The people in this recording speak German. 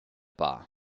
bar